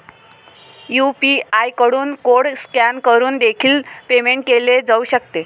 UPI कडून code scan करून देखील पेमेंट केले जाऊ शकते